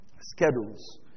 schedules